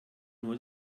nur